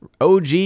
OG